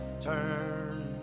turn